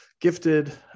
gifted